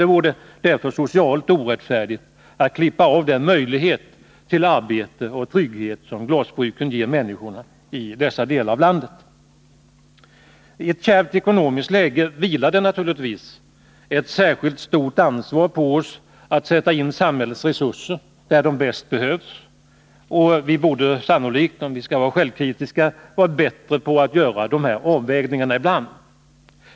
Det vore därför socialt orättfärdigt att klippa av den möjlighet till arbete och trygghet som glasbruken ger människorna i dessa delar av landet. I ett kärvt ekonomiskt läge vilar naturligtvis ett särskilt stort ansvar på oss att sätta in samhällets resurser där de bäst behövs. Vi borde sannolikt — om vi skall vara självkritiska — ibland vara bättre på att göra de rätta avvägningarna.